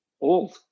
old